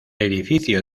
edificio